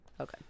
Okay